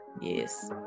yes